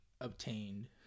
obtained